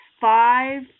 five